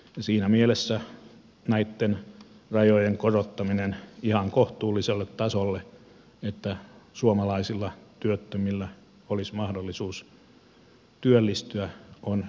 siinä mielessä näitten rajojen korottaminen ihan kohtuulliselle tasolle että suomalaisilla työttömillä olisi mahdollisuus työllistyä on hyvä asia